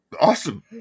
Awesome